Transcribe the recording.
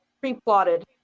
pre-plotted